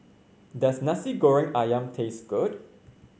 does Nasi Goreng ayam taste good